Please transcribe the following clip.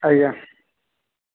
ଆଜ୍ଞା